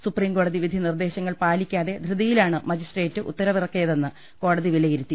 supreme കോടതി വിധി നിർദ്ദേശങ്ങൾ പാലിക്കാതെ ധൃതിയിലാണ് മജിസ്ട്രേറ്റ് ഉത്ത രവിറക്കിയതെന്ന് കോടതി വിലയിരുത്തി